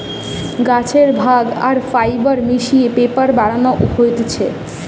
গাছের ভাগ আর ফাইবার মিশিয়ে পেপার বানানো হতিছে